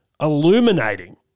illuminating